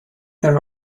there